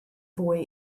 fwy